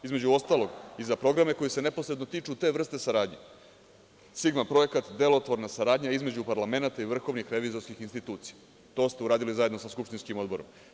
Između ostalog, i za programe koji se neposredno tiču te vrste saradnje, Sigma projekat, delotvorna saradnja između Parlamenata i vrhovnih revizorskih institucija, to ste uradili zajedno sa Skupštinskim odborom.